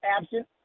absent